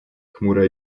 хмуро